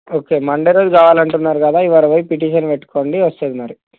okay Monday రోజు కావాలంటున్నారు కదా ఇవాళ పోయి పిటిషన్ పెట్టుకోండి వస్తుంది మరి